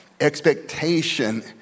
Expectation